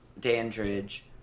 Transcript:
Dandridge